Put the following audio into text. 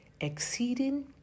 exceeding